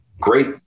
great